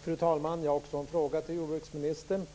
Fru talman! Jag har också en fråga till jordbruksministern.